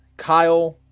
kyle?